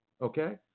okay